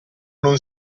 non